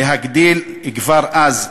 להגדיל כבר אז,